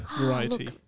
variety